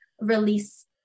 release